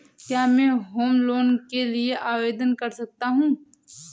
क्या मैं home loan के लिए आवेदन कर सकता हूं?